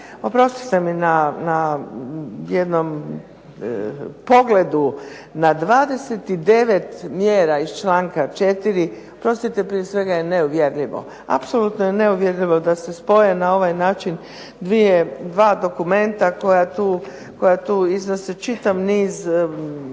oprostite mi na jednom pogledu, na 29 mjera iz članka 4., oprostite prije svega je neuvjerljivo. Apsolutno je neuvjerljivo da se spoje na ovaj način dva dokumenta koja tu iznose čitav niz